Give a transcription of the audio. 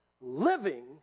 living